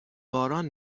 باران